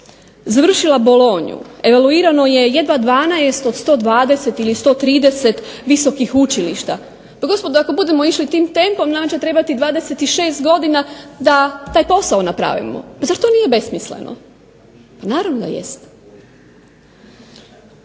završila bolonju evaluirano je jedva 12 od 120 ili 130 visokih učilišta. Pa gospodo ako budemo išli tim tempom nama će trebati 26 godina da taj posao napravimo. Zar to nije besmisleno? Pa naravno da jest.